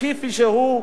כפי שהוא,